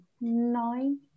nine